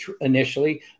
initially